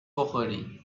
بخوری